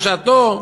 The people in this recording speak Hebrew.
בשעתכם,